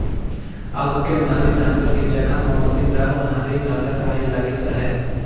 आघु के ओनारी नांगर के जघा म मसीनदार ओन्हारी नागर आए लगिस अहे